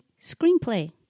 screenplay